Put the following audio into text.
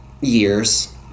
years